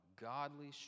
godly